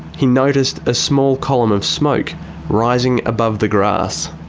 he noticed a small column of smoke rising above the grass.